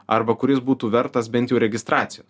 arba kuris būtų vertas bent jau registracijos